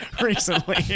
recently